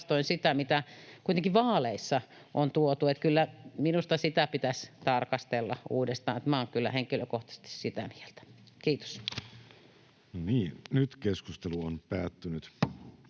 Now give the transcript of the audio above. vastoin sitä, mitä kuitenkin vaaleissa on tuotu. Kyllä minusta sitä pitäisi tarkastella uudestaan, olen kyllä henkilökohtaisesti sitä mieltä. — Kiitos. [Speech 142]